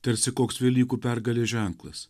tarsi koks velykų pergalės ženklas